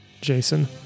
jason